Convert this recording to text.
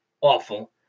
awful